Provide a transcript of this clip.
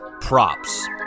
props